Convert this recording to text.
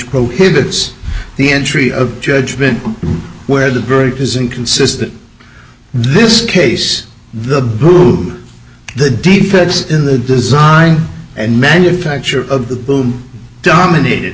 prohibits the entry of judgment where the verdict is inconsistent this case the boo the defects in the design and manufacture of the boom dominated